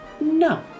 No